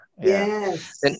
Yes